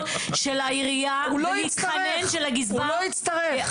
של העירייה ולהתחנן שלגזבר --- הוא לא יצטרך.